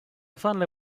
finally